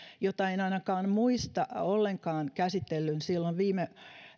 jota en ainakaan muista ollenkaan käsitellyn silloin viime